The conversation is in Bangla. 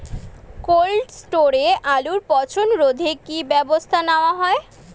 কোল্ড স্টোরে আলুর পচন রোধে কি ব্যবস্থা নেওয়া হয়?